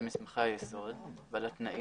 מסמכי היסוד והתנאים.